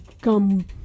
come